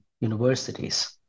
universities